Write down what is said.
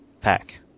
pack